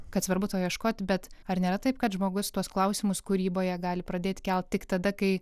kad svarbu to ieškoti bet ar nėra taip kad žmogus tuos klausimus kūryboje gali pradėti kelti tik tada kai